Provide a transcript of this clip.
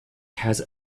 has